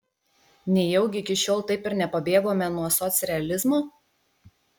nejaugi iki šiol taip ir nepabėgome nuo socrealizmo